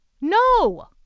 No